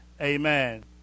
Amen